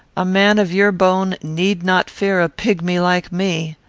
a man of your bone need not fear a pigmy like me.